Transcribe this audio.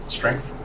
Strength